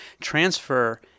Transfer